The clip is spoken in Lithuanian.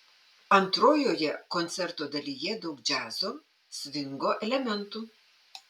antrojoje koncerto dalyje daug džiazo svingo elementų